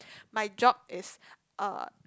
my job is uh